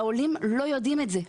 העולים לא יודעים את זה,